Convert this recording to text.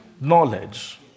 knowledge